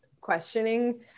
questioning